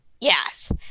Yes